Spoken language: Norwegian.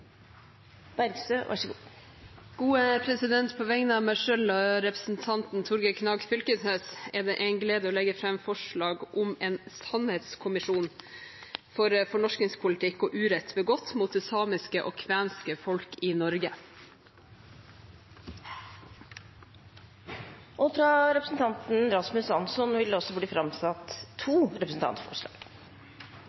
På vegne av meg selv og representanten Torgeir Knag Fylkesnes er det en glede å legge fram forslag om en sannhetskommisjon for fornorskingspolitikk og urett begått mot det samiske og kvenske folk i Norge. Representanten Rasmus Hansson vil